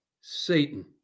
Satan